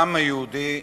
העם היהודי חזר,